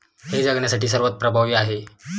हे जगण्यासाठी सर्वात प्रभावी आहे